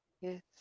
Yes